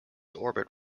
orbit